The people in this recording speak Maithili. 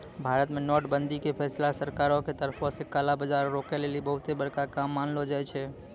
भारत मे नोट बंदी के फैसला सरकारो के तरफो से काला बजार रोकै लेली बहुते बड़का काम मानलो जाय छै